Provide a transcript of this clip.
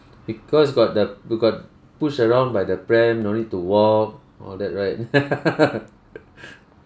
because got the got pushed around by the pram no need to walk all that right